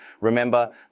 Remember